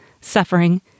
suffering